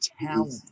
talent